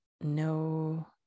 no